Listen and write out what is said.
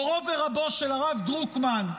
מורו ורבו של הרב דרוקמן,